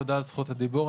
תודה על זכות הדיבור.